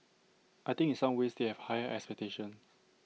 I think in some ways they have higher expectations